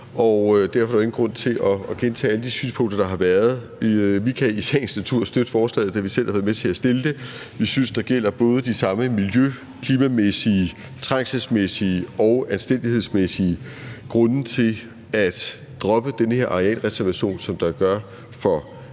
og derfor er der ingen grund til at gentage alle de synspunkter, der har været. Vi kan i sagens natur støtte forslaget, da vi selv har været med til at fremsætte det. Vi synes, der gælder både de samme miljø-, klima-, trængsels- og anstændighedsmæssige grunde til at droppe den her arealreservation, som der gør for